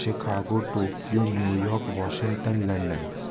Chicago Tokyo New York Washington London